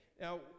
Now